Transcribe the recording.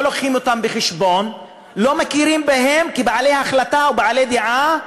מביאים אותם בחשבון ולא מכירים בהם כבעלי החלטה או כבעלי דעה,